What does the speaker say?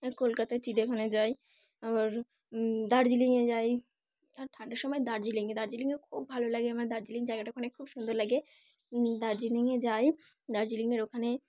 কলকাতায় চিড়িয়াখানায় যাই আবার দার্জিলিংয়ে যাই আর ঠান্ডার সময় দার্জিলিংয়ে দার্জিলিংয়ে খুব ভালো লাগে আমার দার্জিলিং জায়গাটা ওখানে খুব সুন্দর লাগে দার্জিলিংয়ে যাই দার্জিলিংয়ের ওখানে